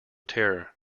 terror